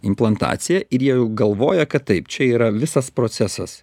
implantacija ir jie jau galvoja kad taip čia yra visas procesas